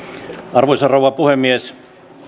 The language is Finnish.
arvoisa rouva puhemies